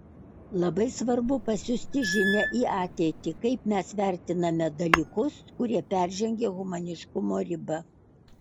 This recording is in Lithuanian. labai svarbu pasiųsti žinią į ateitį kaip mes vertiname dalykus kurie peržengė humaniškumo ribą